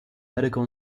medical